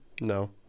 No